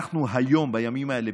בימים האלה,